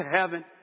heaven